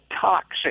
toxic